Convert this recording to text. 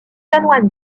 chanoine